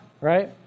right